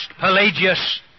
Pelagius